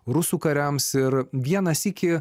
rusų kariams ir vieną sykį